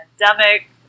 pandemic